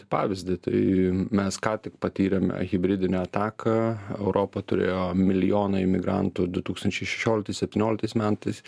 pavyzdį tai mes ką tik patyrėme hibridinę ataką europa turėjo milijoną imigrantų du tūkstančiai šešioliktas septynioliktais metais